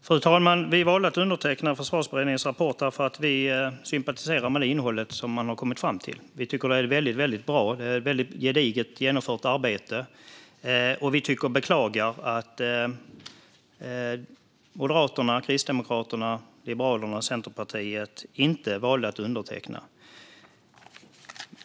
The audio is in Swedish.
Fru talman! Vi valde att underteckna Försvarsberedningens rapport därför att vi sympatiserar med det innehåll som man har kommit fram till. Vi tycker att det är ett väldigt gediget genomfört arbete, och vi beklagar att Moderaterna, Kristdemokraterna, Liberalerna och Centerpartiet inte valde att underteckna rapporten.